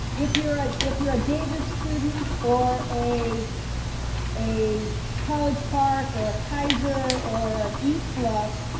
if you're a, if you're a davis student or a a college park or a kaiser or an east bluff,